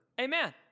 Amen